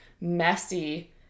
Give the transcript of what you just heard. messy